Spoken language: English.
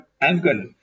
angle